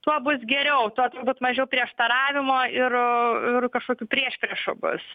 tuo bus geriau tuo turbūt mažiau prieštaravimo ir ir kažkokių priešpriešų bus